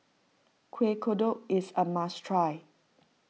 Kueh Kodok is a must try